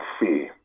see